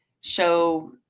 show